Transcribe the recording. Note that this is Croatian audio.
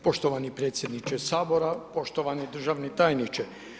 Poštovani predsjedniče Sabora, poštovani državni tajniče.